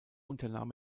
unternahm